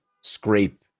scrape